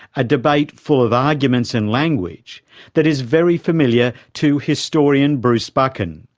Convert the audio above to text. a debate full of arguments and language that is very familiar to historian bruce buchan,